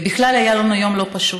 ובכלל היה לנו יום לא פשוט.